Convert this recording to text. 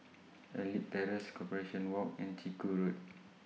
Elite Terrace Corporation Walk and Chiku Road